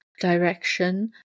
direction